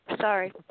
Sorry